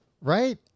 right